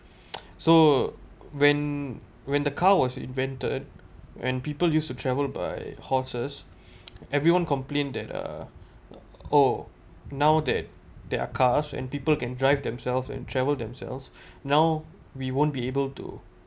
so when when the car was invented when people used to travel by horses everyone complained that uh oh now that there are cars when people can drive themselves and travel themselves now we won't be able to